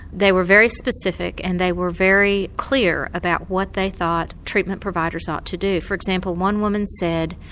they were very specific and they were very clear about what they thought treatment providers ought to do. for example one woman said,